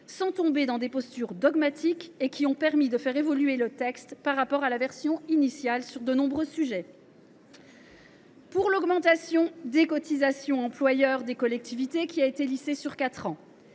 sans tomber dans des postures dogmatiques. Ils ont permis de faire évoluer le texte par rapport à la version initiale sur de nombreux sujets. Après l’augmentation des cotisations employeurs des collectivités, qui a été lissée sur quatre